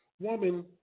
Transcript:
woman